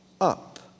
up